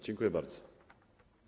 Dziękuję bardzo.